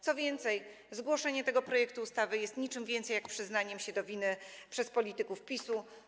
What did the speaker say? Co więcej, zgłoszenie tego projektu ustawy nie jest niczym innym niż przyznaniem się do winy przez polityków PiS-u.